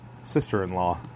sister-in-law